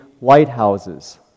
lighthouses